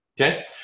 okay